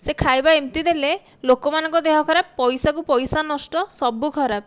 ସେ ଖାଇବା ଏମିତି ଦେଲେ ଲୋକମାନଙ୍କ ଦେହ ଖରାପ ପଇସାକୁ ପଇସା ନଷ୍ଟ ସବୁ ଖରାପ